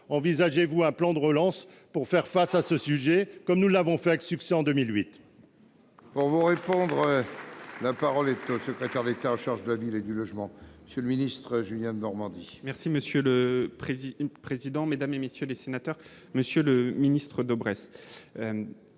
envisagez-vous un plan de relance pour faire face à ce problème, comme nous l'avons fait avec succès en 2008